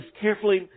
carefully